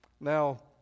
Now